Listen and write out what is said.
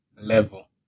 level